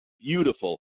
beautiful